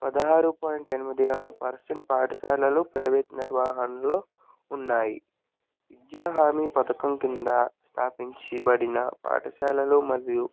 పదహారు పాయింట్ ఎనిమిది ఆరు పర్సెంట్ పాఠశాలలు ప్రైవేటు నిర్వహణలో ఉన్నాయి విద్యా హామీ పథకం కింద స్థాపించబడిన పాఠశాలలు మరియు